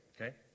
okay